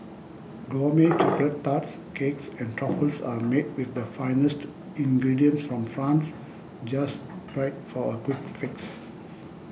gourmet chocolate tarts cakes and truffles are made with the finest to ingredients from France just right for a quick fix